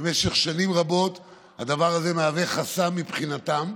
במשך שנים רבות הדבר הזה מהווה חסם מבחינתם,